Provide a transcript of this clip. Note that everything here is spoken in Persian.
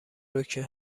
روکه